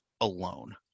alone